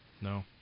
No